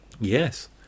yes